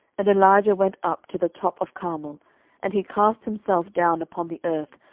and elijah went up to the top of carmel and he cast himself down upon the earth,